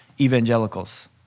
evangelicals